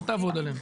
אל תעבוד עלינו.